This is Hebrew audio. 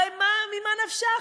הרי ממה נפשך?